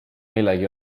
millegi